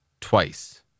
twice